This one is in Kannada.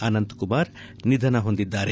ಅನಂತ್ಕುಮಾರ್ ನಿಧನ ಹೊಂದಿದ್ಲಾರೆ